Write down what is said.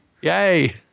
Yay